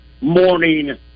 Morning